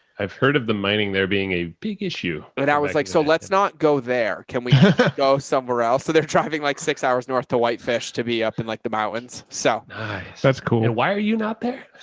i've heard of the mining there being a big issue, but i was like, so let's not go there. can we go somewhere else? so they're driving like six hours north to whitefish to be up in like the mountains. so that's cool. and why are you not there?